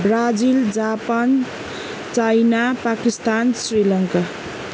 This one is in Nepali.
Brazil Japan China Pakistan Sri Lanka